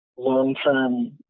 long-term